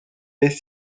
est